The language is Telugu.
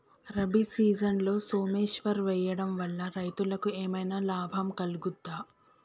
రబీ సీజన్లో సోమేశ్వర్ వేయడం వల్ల రైతులకు ఏమైనా లాభం కలుగుద్ద?